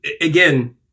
again